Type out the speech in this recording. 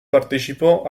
partecipò